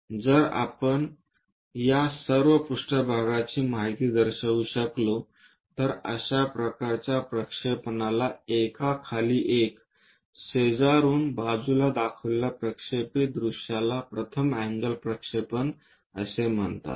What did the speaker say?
जर आपण या सर्व पृष्ठभागाची माहिती दर्शवू शकलो तर अशा प्रकारच्या प्रक्षेपणला एकाखाली एक शेजारून बाजूला दाखविलेल्या प्रक्षेपित दृश्यला प्रथम अँगल प्रक्षेपण असे म्हणतात